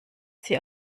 sie